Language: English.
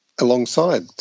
alongside